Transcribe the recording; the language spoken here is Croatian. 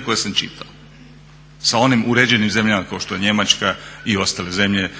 koje sam čitao sa onim uređenim zemljama kao što je Njemačka i ostale zemlje,